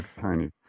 tiny